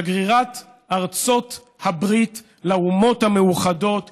שגרירת ארצות הברית לאומות המאוחדות.